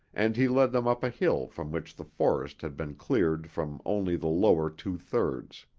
and he led them up a hill from which the forest had been cleared from only the lower two-thirds.